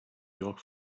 york